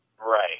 Right